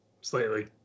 slightly